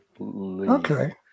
Okay